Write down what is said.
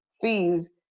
fees